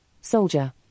Soldier